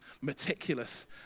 meticulous